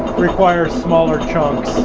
requires smaller chunks